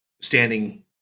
standing